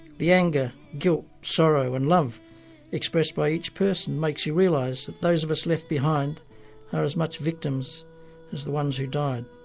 the anger, guilt, sorrow and love expressed by each person makes you realise that those of us left behind are as much victims as the ones who died.